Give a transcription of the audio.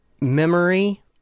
memory